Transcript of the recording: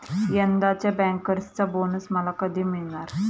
यंदाच्या बँकर्सचा बोनस मला कधी मिळणार?